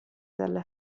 dalla